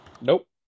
Nope